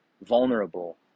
vulnerable